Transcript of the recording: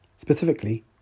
Specifically